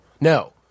No